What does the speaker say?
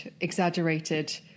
exaggerated